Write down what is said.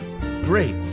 great